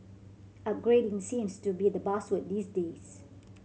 upgrading seems to be the buzzword these days